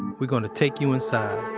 we're gonna take you inside.